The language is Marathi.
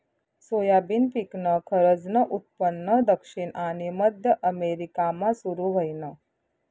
सोयाबीन पिकनं खरंजनं उत्पन्न दक्षिण आनी मध्य अमेरिकामा सुरू व्हयनं